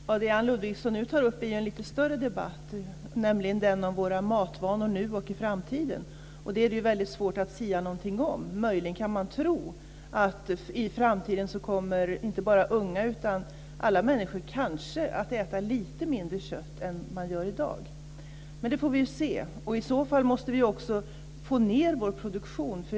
Fru talman! Det Anne Ludvigsson nu tar upp är en lite större debatt, nämligen den om våra matvanor nu och i framtiden. Det är svårt att sia någonting om det, möjligen kan man tro att i framtiden kommer inte bara unga utan alla människor kanske att äta lite mindre kött än i dag. Det får vi se. I så fall måste vi också få ned vår produktion.